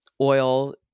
oil